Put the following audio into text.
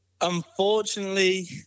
Unfortunately